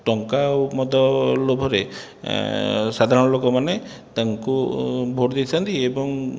ଟଙ୍କା ଓ ମଦ ଲୋଭରେ ସାଧାରଣ ଲୋକ ମାନେ ତାଙ୍କୁ ଭୋଟ ଦେଇଥାନ୍ତି ଏବଂ